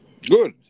Good